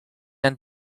and